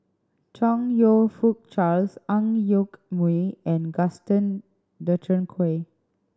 Chong You Fook Charles Ang Yoke Mooi and Gaston Dutronquoy